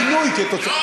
כתוצאה,